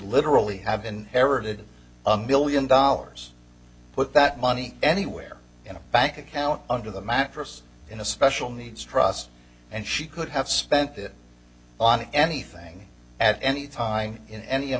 literally have been heralded a million dollars put that money anywhere in a bank account under the mattress in a special needs trust and she could have spent it on anything at any time in any